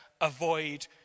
avoid